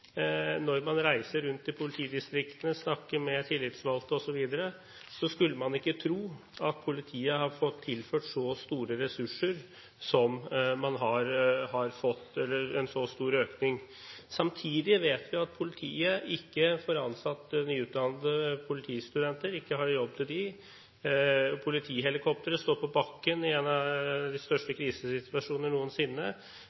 Når man reiser rundt i politidistriktene og snakker med tillitsvalgte osv., skulle man ikke tro at politiet har fått så stor økning. Samtidig vet vi at politiet ikke får ansatt nyutdannede politistudenter, at man ikke har jobb til dem, og politihelikoptre står på bakken i en av de